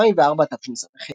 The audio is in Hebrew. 2004 תשס"ה